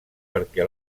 perquè